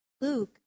Luke